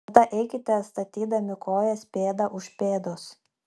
tada eikite statydami kojas pėda už pėdos